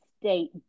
state